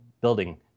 building